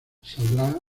saldrá